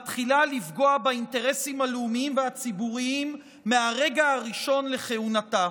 מתחילה לפגוע באינטרסים הלאומיים והציבוריים מהרגע הראשון לכהונתה: